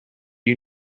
you